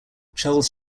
charles